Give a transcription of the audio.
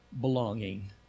belonging